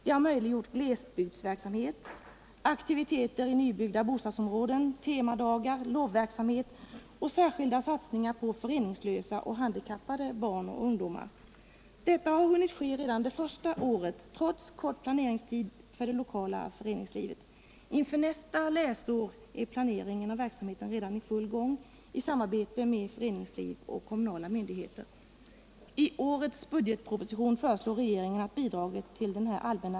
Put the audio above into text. Det har möjliggjort glesbygdsverksamhet, aktiviteter i nybyggda bostadsområden, temadagar, lovverksamhet och särskilda satsningar på föreningslösa och handikappade barn och ungdomar. Detta har hunnit ske redan det första året trots kort planeringstid för det lokala föreningslivet. Inför nästa läsår är planeringen av verksamheten redan i full gång i samarbete mellan föreningsliv och kommunala myndigheter.